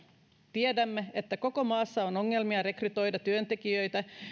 tiedämme että koko maassa on ongelmia rekrytoida työntekijöitä